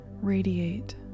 radiate